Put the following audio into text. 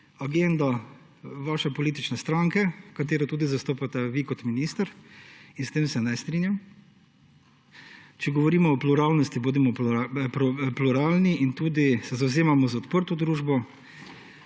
agenda vaše politične stranke, ki jo tudi zastopate vi kot minister. In s tem se ne strinjam. Če govorimo o pluralnosti, bodimo pluralni in se zavzemajmo za odprto družbo,